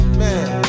man